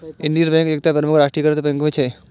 Indian bank एकटा प्रमुख राष्ट्रीयकृत बैंक छियै